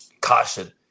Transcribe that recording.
Caution